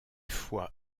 foi